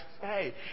hey